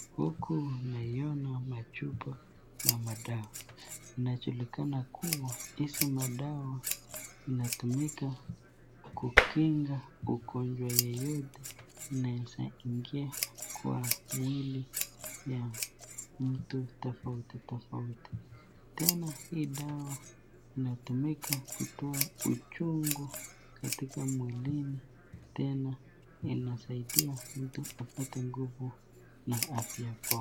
Huku naiona machupa ya madawa, inajulikana kuwa hizi madawa inatumika kupiga ugonjwa yeyote inaweza ingia kwa mwili ya mtu tofauti tofauti. Tena hii dawa inatumika kutoa uchungu katika mwilini tena inasaidia mtu kupata nguvu na afya bora